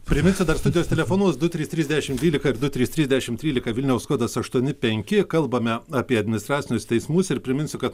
priminsiu dar stoties telefonus du trys trys dešimt dvylika ir du trys trys dešimt trylika vilniaus kodas aštuoni penki kalbame apie administracinius teismus ir priminsiu kad